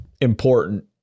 important